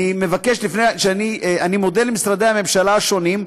אני מודה למשרדי הממשלה השונים,